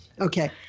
Okay